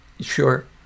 Sure